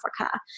Africa